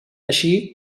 així